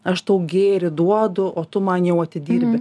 aš tau gėrį duodu o tu man jau atidirbi